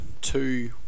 two